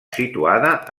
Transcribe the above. situada